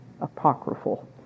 apocryphal